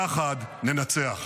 יחד ננצח.